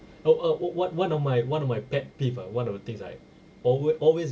oh oh one of my one of my pet peeve ah one of the things I alway~ always